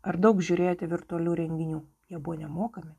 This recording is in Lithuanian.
ar daug žiūrėjote virtualių renginių jie buvo nemokami